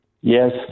Yes